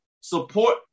support